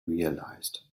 realized